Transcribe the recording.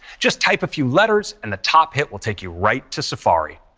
just type a few letters and the top hit will take you right to safari.